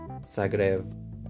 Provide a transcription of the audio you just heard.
Zagreb